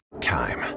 Time